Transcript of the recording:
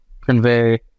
convey